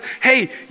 hey